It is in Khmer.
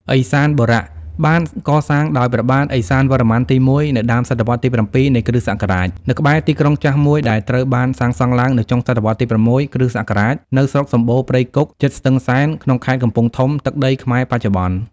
ឥសានបុរ បានកសាងដោយព្រះបាទ ឥសានវរ្ម័នទី១ នៅដើម សតវត្សរ៍ទី៧ នៃ គ.ស នៅក្បែរទីក្រុងចាស់មួយដែលត្រូវបានសាងសង់ឡើងនៅចុង សតវត្សរ៍ទី៦ គ.ស. នៅស្រុកសម្បូរណ៍ព្រៃគុក ជិតស្ទឹងសែន នៅក្នុងខេត្តកំពង់ធំ ទឹកដីខ្មែរបច្ចុប្បន្ន ។